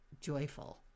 joyful